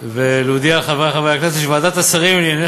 ולהודיע לחברי חברי הכנסת שוועדת השרים לענייני